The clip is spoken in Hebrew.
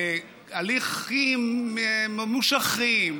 בהליכים ממושכים,